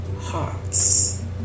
hearts